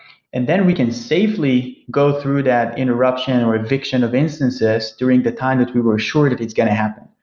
and then we can safely go through that interruption of eviction of instances during the time that we were sure that it's going to happen.